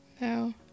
No